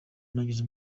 nagize